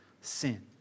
sin